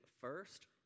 first